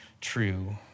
true